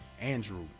Andrew